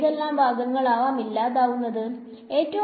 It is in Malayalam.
ഏതെല്ലാം ഭാഗങ്ങൾ ആവാം ഇല്ലാതാവാത്തത്